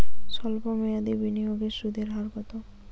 সল্প মেয়াদি বিনিয়োগের সুদের হার কত?